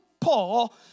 Paul